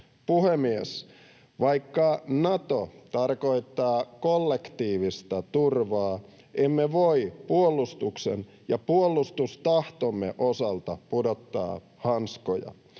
Puhemies! Vaikka Nato tarkoittaa kollektiivista turvaa, emme voi puolustuksen ja puolustustahtomme osalta pudottaa hanskoja.